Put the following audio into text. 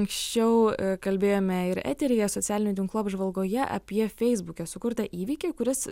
anksčiau kalbėjome ir eteryje socialinių tinklų apžvalgoje apie feisbuke sukurtą įvykį kuris